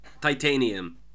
titanium